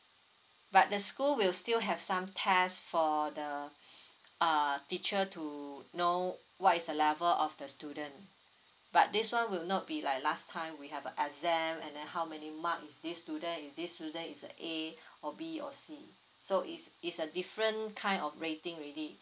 but the school will still have some test for the uh teacher to know what is the level of the student but this one will not be like last time we have a exam and then how many mark is this student if this student is a A or B or C so is is a different kind of rating already